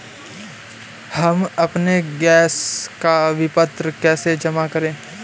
हम अपने गैस का विपत्र कैसे जमा करें?